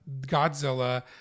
Godzilla